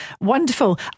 Wonderful